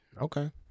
Okay